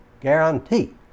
guarantee